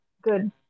good